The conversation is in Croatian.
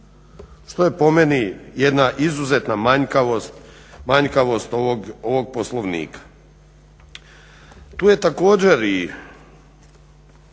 što je po meni jedna izuzetna manjkavost ovog Poslovnika. Tu je također i